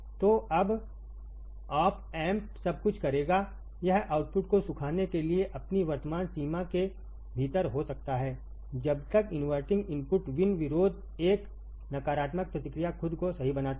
तो अब op amp सब कुछ करेगा यहआउटपुट को सुखाने के लिएअपनी वर्तमान सीमा के भीतर हो सकता हैजब तक इनवर्टिंग इनपुट Vin विरोध एक नकारात्मक प्रतिक्रिया खुद को सही बनाता है